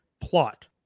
plot